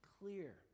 clear